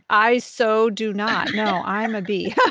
i so do not. no. i'm a b yeah